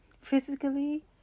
Physically